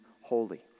holy